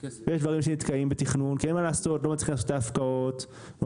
יש דברים שנתקעים בתכנון כי לא מצליחים לעשות את ההפקעות; כי